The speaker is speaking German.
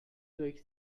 durch